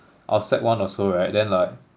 I was sec one or so right then like